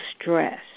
stress